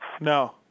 No